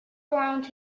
around